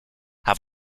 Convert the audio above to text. have